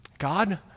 God